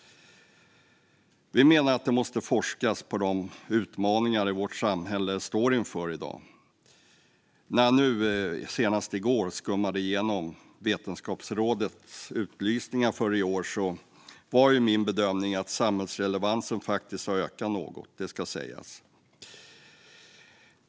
Vi menar att det måste forskas på de utmaningar vårt samhälle står inför i dag. När jag senast i går skummade igenom Vetenskapsrådets utlysningar för i år var min bedömning att samhällsrelevansen faktiskt har ökat något, det ska sägas.